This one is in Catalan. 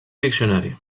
diccionari